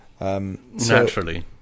Naturally